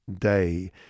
day